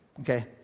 okay